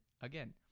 again